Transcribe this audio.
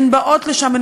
הן באות לשם.